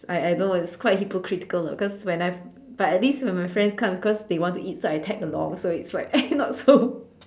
I I know it's quite hypocritical ah because when I but at least when my friends come cause they want to eat so I tag along so it's like not so